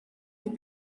des